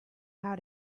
how